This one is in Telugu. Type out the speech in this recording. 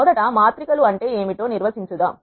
మొదట మాత్రిక లు అంటే ఏమిటో నిర్వచించుదాము